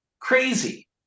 Crazy